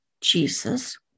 Jesus